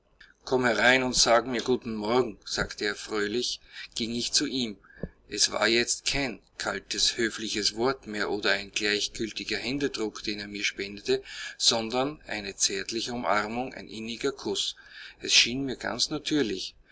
komm herein und sag mir guten morgen sagte er fröhlich ging ich zu ihm es war jetzt kein kaltes höfliches wort mehr oder ein gleichgiltiger händedruck den er mir spendete sondern eine zärtliche umarmung ein inniger kuß es schien mir ganz natürlich